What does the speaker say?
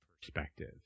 perspective